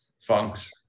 funks